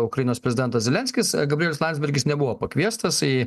ukrainos prezidentas zelenskis gabrielius landsbergis nebuvo pakviestas į